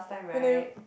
when I